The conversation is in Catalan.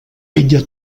ella